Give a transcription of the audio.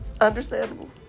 understandable